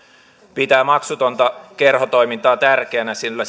pitää maksutonta kerhotoimintaa tärkeänä sillä